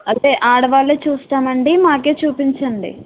అయితే ఆడవాళ్ళే చూస్తామండి మాకే చూపించండి